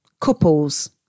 Couples